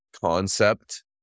concept